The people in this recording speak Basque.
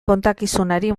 kontakizunari